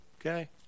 Okay